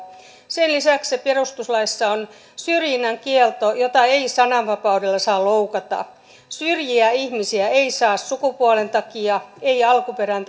sen lisäksi perustuslaissa on syrjinnän kielto jota ei sananvapaudella saa loukata syrjiä ihmisiä ei saa sukupuolen takia ei alkuperän